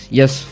yes